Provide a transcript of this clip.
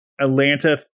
Atlanta